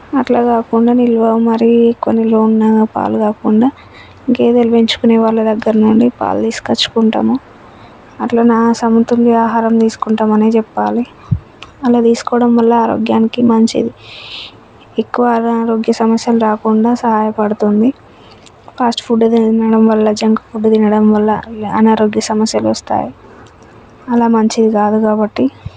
అట్లా కాకుండా నిలువ మరి కొన్ని లోన్ పాలు కాకుండా గేదెలు పెంచుకునే వాళ్ళ దగ్గర నుండి పాలు తీసుకొచ్చుకుంటాము అట్ల నా సమతుల్య ఆహారం తీసుకుంటామనే చెప్పాలి అలా తీసుకోవడం వల్ల ఆరోగ్యానికి మంచిది ఎక్కువ అనారోగ్య సమస్యలు రాకుండా సహాయపడుతుంది ఫాస్ట్ ఫుడ్ తినడం వల్ల జంక్ ఫుడ్ తినడం వల్ల అనారోగ్య సమస్యలు వస్తాయి అలా మంచిది కాదు కాబట్టి